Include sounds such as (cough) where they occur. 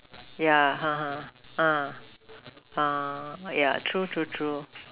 yeah (laughs) uh uh yeah true true true